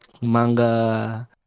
manga